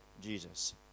Jesus